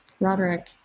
Roderick